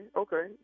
okay